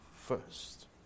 first